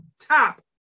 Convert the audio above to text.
top